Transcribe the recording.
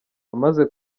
amaze